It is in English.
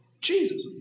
Jesus